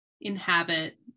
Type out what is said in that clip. inhabit